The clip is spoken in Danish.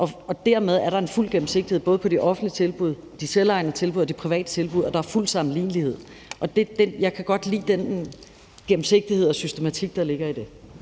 og dermed er der fuld gennemsigtighed både på de offentlige tilbud, de selvejende tilbud og de private tilbud, og der er fuld sammenlignelighed. Og jeg kan godt lide den gennemsigtighed og systematik, der ligger i det.